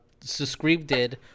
subscribed